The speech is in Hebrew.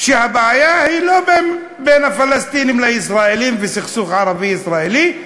שהבעיה היא לא בין הפלסטינים לישראלים וסכסוך ערבי-ישראלי,